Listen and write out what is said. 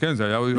כן, זה היה יותר.